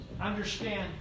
understand